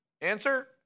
answer